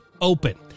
open